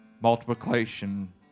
Multiplication